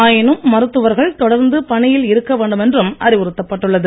ஆயினும் மருத்துவர்கள் தொடர்ந்து பணியில் இருக்க வேண்டும் என்றும் அறிவுறுத்தப் பட்டுள்ளது